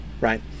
right